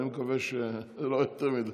אני מקווה שזה לא יותר מזה.